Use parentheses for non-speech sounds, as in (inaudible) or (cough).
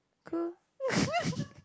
cool (laughs)